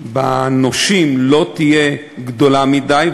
בנושים לא תהיה גדולה מדי,